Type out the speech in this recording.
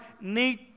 need